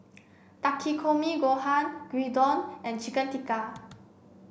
Takikomi Gohan Gyudon and Chicken Tikka